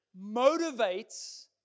motivates